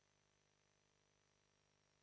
Grazie